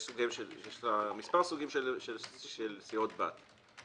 יש לה כמה סוגים של סיעות בת,